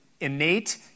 innate